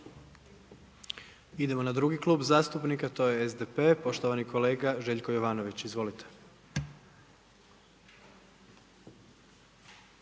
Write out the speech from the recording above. Idemo na drugi Klub zastupnika, to je SDP-a to je poštovani kolega Željko Jovanović, izvolite.